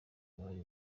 bari